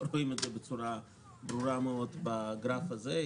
רואים את זה בצורה ברורה מאוד בגרף הזה.